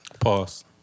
Pause